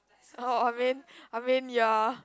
oh I mean I mean ya